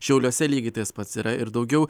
šiauliuose lygiai tas pats yra ir daugiau